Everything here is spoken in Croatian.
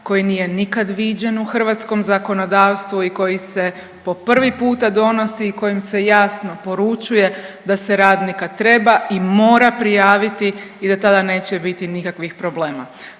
koji nije nikad viđen u hrvatskom zakonodavstvu i koji se po prvi puta donosi i kojim se jasno poručuje da se radnika treba i mora prijaviti i da tada neće biti nikakvih problema.